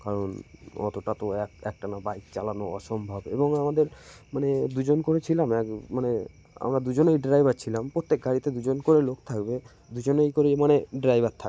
কারণ অতটা তো এক একটা না বাইক চালানো অসম্ভব এবং আমাদের মানে দুজন করে ছিলাম এক মানে আমরা দুজনেই ড্রাইভার ছিলাম প্রত্যেক গাড়িতে দুজন করে লোক থাকবে দুজনেই করে মানে ড্রাইভার থাকবে